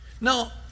Now